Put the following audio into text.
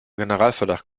generalverdacht